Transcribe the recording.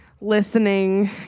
listening